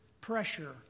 pressure